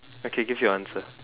okay give your answer